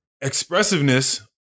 expressiveness